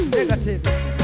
negativity